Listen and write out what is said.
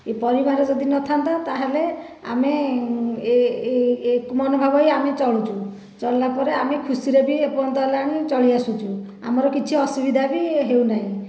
ଏ ପରିବାର ଯଦି ନଥାନ୍ତା ତାହେଲେ ଆମେ ଏ ଏ ଏ ଏକ ମନୋଭାବ ହୋଇ ଆମେ ଚଳୁଛୁ ଚଳିଲା ପରେ ଆମେ ଖୁସି ରେ ବି ଏପର୍ଯ୍ୟନ୍ତ ହେଲାଣି ଚଳିଆସୁଛୁ ଆମର କିଛି ଅସୁବିଧା ବି ହେଉନାହିଁ